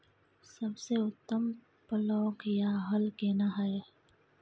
सबसे उत्तम पलौघ या हल केना हय?